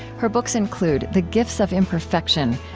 her books include the gifts of imperfection,